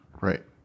Right